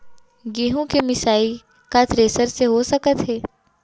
गेहूँ के मिसाई का थ्रेसर से हो सकत हे?